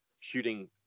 shooting